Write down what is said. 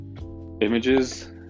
images